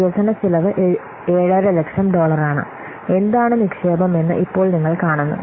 വികസനച്ചെലവ് 750000 ഡോളറാണ് എന്താണ് നിക്ഷേപം എന്ന് ഇപ്പോൾ നിങ്ങൾ കാണുന്നു